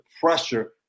pressure –